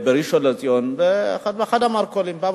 בראשון-לציון, באחד המרכולים, אדם אלמן.